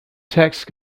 text